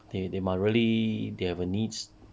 they they might really they have a need